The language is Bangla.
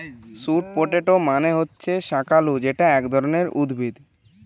স্যুট পটেটো মানে হচ্ছে শাকালু যেটা এক ধরণের উদ্ভিদ